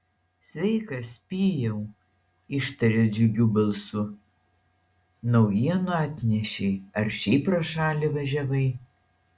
sveikas pijau ištarė džiugiu balsu naujienų atnešei ar šiaip pro šalį važiavai